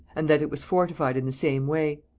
and that it was fortified in the same way.